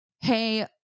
hey